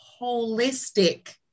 holistic